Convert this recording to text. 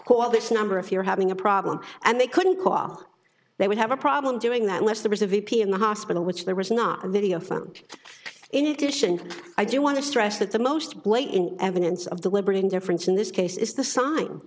call this number if you're having a problem and they couldn't call they would have a problem doing that unless there was a v p in the hospital which there was not a linear function in addition i do want to stress that the most blatant evidence of the liberty and difference in this case is the sign